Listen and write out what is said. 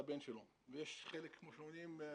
לבנות לבן שלו ויש חלק כמו שאומרים,